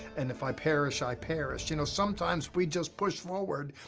and if i perish, i perish. you know, sometimes we just push forward,